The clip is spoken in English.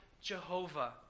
Jehovah